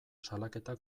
salaketa